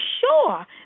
sure